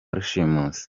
rushimusi